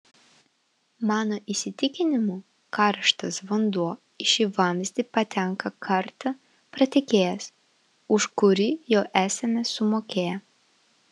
mano įsitikinimu karštas vanduo į šį vamzdį patenka kartą pratekėjęs už kurį jau esame sumokėję